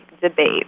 debate